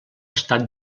estat